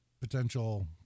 potential